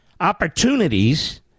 Opportunities